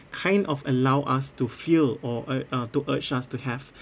kind of allow us to feel or uh uh to urge us to have